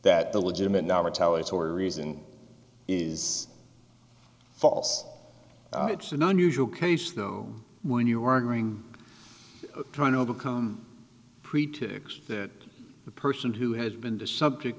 that the legitimate now retaliatory reason is false it's an unusual case though when you are going trying to overcome pretext that the person who had been the subject